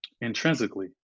intrinsically